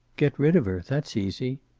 get rid of her. that's easy.